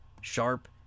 Sharp